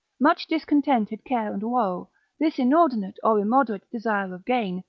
much discontented care and woe this inordinate, or immoderate desire of gain,